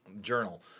journal